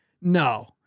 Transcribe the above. No